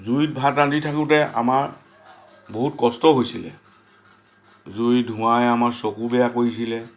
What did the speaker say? জুইত ভাত ৰান্ধি থাকোঁতে আমাৰ বহুত কষ্ট হৈছিলে জুই ধোৱাই আমাৰ চকু বেয়া কৰিছিলে